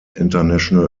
international